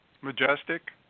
Majestic